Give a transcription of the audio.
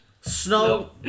snow